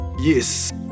Yes